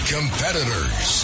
Competitors